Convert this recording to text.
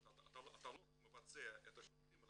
זאת אומרת אתה לא רק מבצע את השירותים,